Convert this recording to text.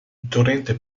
torrente